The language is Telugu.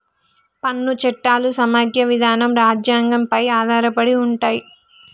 పన్ను చట్టాలు సమైక్య విధానం రాజ్యాంగం పై ఆధారపడి ఉంటయ్